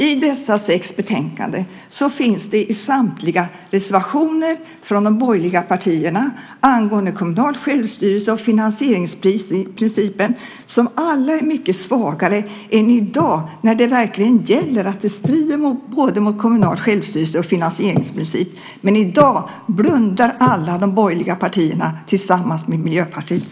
I de sex betänkanden jag håller i min hand finns det i samtliga betänkanden reservationer från de borgerliga partierna angående kommunal självstyrelse och finansieringsprincipen. De gäller förslag som alla är mycket svagare än i dag när det gäller att det strider mot både kommunal självstyrelse och finansieringsprincipen. Men i dag blundar alla de borgerliga partierna tillsammans med Miljöpartiet.